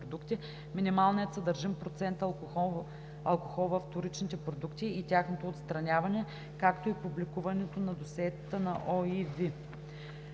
минималния съдържим процент алкохол във вторичните продукти и тяхното отстраняване, както и публикуването на досиетата на OIV